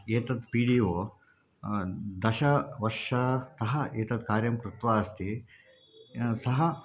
एतत् P D O दशवर्षतः एतत् कार्यं कृत्वा अस्ति सः